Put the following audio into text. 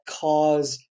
cause